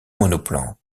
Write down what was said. monoplan